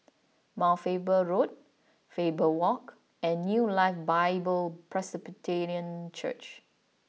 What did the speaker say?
Mount Faber Road Faber Walk and New Life Bible Presbyterian Church